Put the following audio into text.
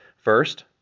First